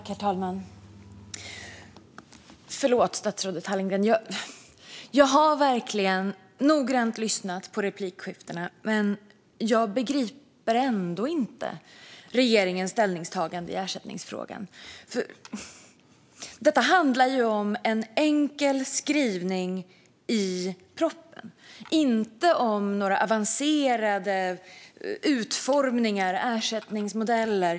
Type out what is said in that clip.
Herr talman! Förlåt, statsrådet Hallengren - jag lyssnade verkligen noggrant på replikskiftena, men jag begriper ändå inte regeringens ställningstagande i ersättningsfrågan. Detta handlar ju om en enkel skrivning i propositionen, inte om några avancerade utformningar eller ersättningsmodeller.